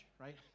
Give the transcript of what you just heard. right